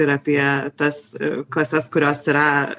ir apie tas klases kurios yra